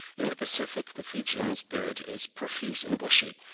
in the pacific the fijian's beard is profuse and bushy,